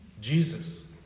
Jesus